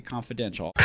Confidential